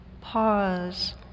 pause